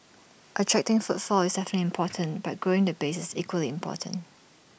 attracting footfall is definitely important but growing the base is equally important